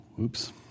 Oops